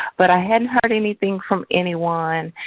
but i hadn't heard anything from anyone.